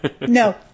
No